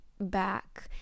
back